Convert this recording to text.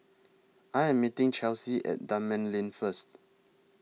I Am meeting Chelsi At Dunman Lane First